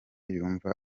yumva